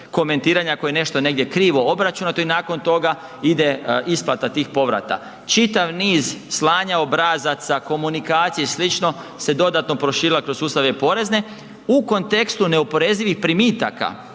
komentiranja ako je nešto negdje krivo obračunato i nakon toga ide isplata tih povrata, čitav niz slanja obrazaca, komunikacije i slično se dodatno proširila kroz sustav e-porezne u kontekstu neoporezivih primitaka